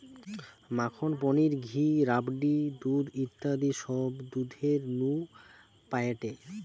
মাখন, পনির, ঘি, রাবড়ি, দুধ ইত্যাদি সব দুধের নু পায়েটে